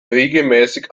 regelmäßig